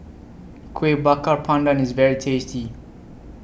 Kueh Bakar Pandan IS very tasty